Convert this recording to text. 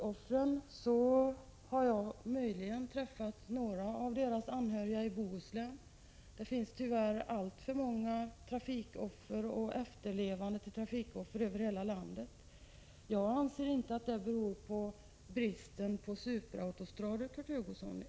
Också jag har möjligen träffat några av trafikoffren i Bohuslän och deras anhöriga. Det finns tyvärr alltför många trafikoffer, och det finns många efterlevande till trafikoffer över hela landet. Jag anser inte att detta beror på bristen på superautostrador, Kurt Hugosson.